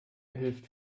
hilft